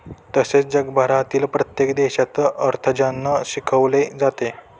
तसेच जगभरातील प्रत्येक देशात अर्थार्जन शिकवले जाते